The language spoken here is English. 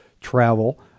travel